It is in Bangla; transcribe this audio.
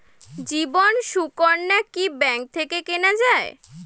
জীবন সুকন্যা কি ব্যাংক থেকে কেনা যায়?